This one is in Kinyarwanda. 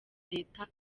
leta